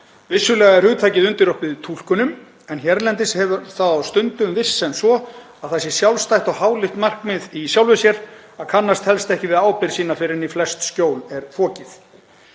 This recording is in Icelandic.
Vissulega er hugtakið undirorpið túlkunum en hérlendis hefur það á stundum virst sem svo að það sé sjálfstætt og háleitt markmið í sjálfu sér að kannast helst ekki við ábyrgð sína fyrr en í flest skjól er fokið.